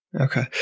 Okay